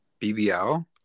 BBL